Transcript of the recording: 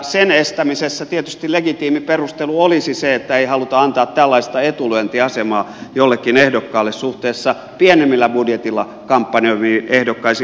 sen estämisessä tietysti legitiimi perustelu olisi se että ei haluta antaa tällaista etulyöntiasemaa jollekin ehdokkaalle suhteessa pienemmillä budjeteilla kampanjoiviin ehdokkaisiin